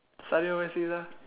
study overseas ah